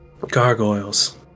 Gargoyles